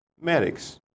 medics